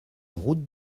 route